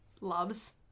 loves